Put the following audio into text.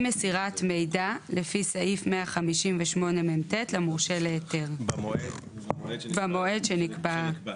מסירת מידע לפי סעיף 158מט למורשה להיתר במועד שנקבע.